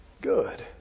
Good